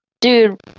dude